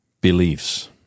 Beliefs